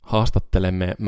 Haastattelemme